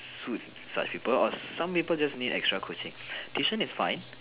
suit such people or some people just need extra coaching tuition is fine